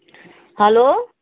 hello